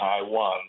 Taiwan